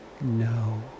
No